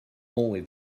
only